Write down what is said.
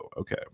Okay